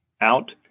out